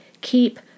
keep